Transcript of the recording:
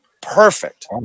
Perfect